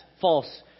false